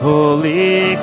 Holy